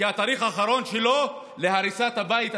כי התאריך האחרון שלו להריסת הבית,